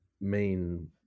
main